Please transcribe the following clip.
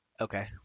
Okay